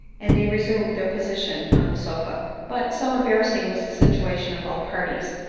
and they resumed their position on the sofa but so embarrassing was the situation of all parties,